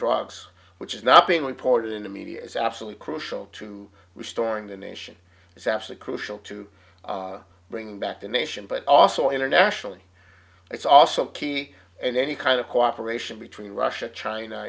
drugs which is not being reported in the media is absolutely crucial to restoring the nation is actually crucial to bring back the nation but also internationally it's also key in any kind of cooperation between russia china